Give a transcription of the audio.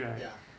ya